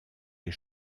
les